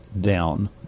down